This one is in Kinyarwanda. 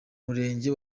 murenge